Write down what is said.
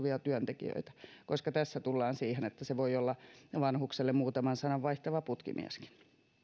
ylläpitoon osallistuvat työntekijät koska tässä tullaan siihen että se voi olla vanhukselle muutaman sanan vaihtava putkimieskin